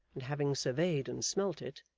and having surveyed and smelt it,